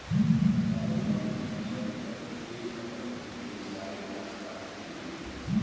हमारे गांव की सड़क पर हेज कटर ने सारे घास काट दिए हैं